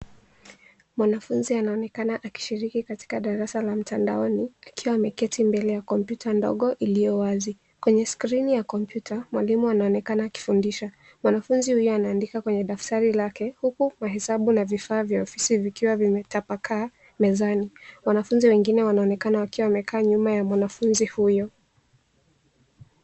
Mwanafunzi anaonekana akishiriki katika darasa la mtandaoni akiwa ameketi mbele ya kompyuta ndogo iliyowazi. Kwenye skrini ya kompyuta, mwalimu anaonekana akifundisha. Mwanafunzi huyu anaandika kwenye daftari lake huku mahesabu na vifaa vya ofisi vikiwa vimetapakaa mezani. Wanafunzi wengine wanaonekana wakiwa wamekaa nyuma ya mwanafunzi huyu.